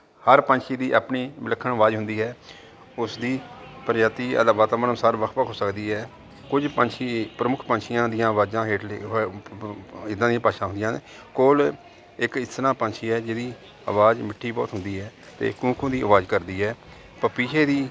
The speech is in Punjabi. ਹਰ ਪੰਛੀ ਦੀ ਆਪਣੀ ਵਿਲੱਖਣ ਆਵਾਜ਼ ਹੁੰਦੀ ਹੈ ਉਸ ਦੀ ਪ੍ਰਜਾਤੀ ਵਾਤਾਵਰਨ ਅਨੁਸਾਰ ਵੱਖ ਵੱਖ ਹੋ ਸਕਦੀ ਹੈ ਕੁਝ ਪੰਛੀ ਪ੍ਰਮੁੱਖ ਪੰਛੀਆਂ ਦੀਆਂ ਆਵਾਜ਼ਾਂ ਹੇਠ ਇੱਦਾਂ ਦੀਆਂ ਭਾਸ਼ਾ ਹੁੰਦੀਆਂ ਨੇ ਕੋਲ ਇੱਕ ਇਸ ਤਰ੍ਹਾਂ ਪੰਛੀ ਹੈ ਜਿਹਦੀ ਆਵਾਜ਼ ਮਿੱਠੀ ਬਹੁਤ ਹੁੰਦੀ ਹੈ ਅਤੇ ਕੂੰ ਕੂੰ ਦੀ ਆਵਾਜ਼ ਕਰਦੀ ਹੈ ਪਪੀਹੇ ਦੀ